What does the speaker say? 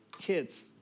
kids